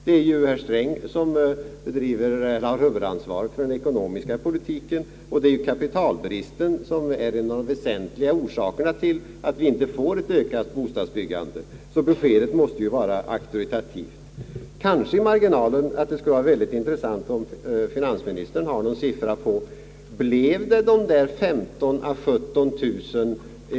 Det är herr Sträng som har huvudansvaret för den ekonomiska politiken, och kapitalbristen är en av de väsentliga orsakerna till att vi inte får ett ökat bostadsbyg gande, så beskedet måste ju vara auktoritativt. Det skulle vara mycket intressant om finansministern kunde ge någon siffra för igångsättningarna av bostäder under september.